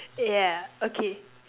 yeah okay